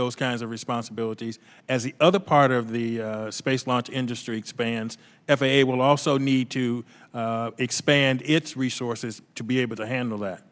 those kinds of responsibilities as the other part of the space launch industry expands f a a will also need to expand its resources to be able to handle that